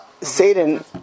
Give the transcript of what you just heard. Satan